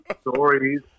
stories